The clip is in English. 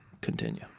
continue